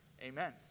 Amen